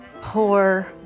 poor